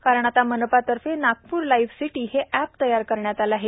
कारण आता मानपतर्फे नागपूर लाईव्ह सिटी हे अॅप तयार करण्यात आले आहे